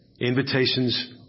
Invitations